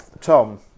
Tom